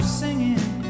singing